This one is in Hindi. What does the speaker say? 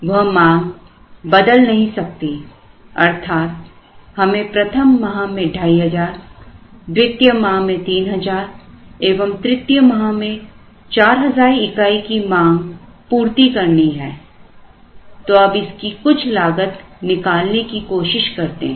वह मांग बदल नहीं सकती अर्थात हमें प्रथम माह में 2500 द्वितीय माह में 3000 एवं तृतीय माह में 4000 इकाई की मांग पूर्ति करनी है तो अब इसकी कुछ लागत निकालने की कोशिश करते हैं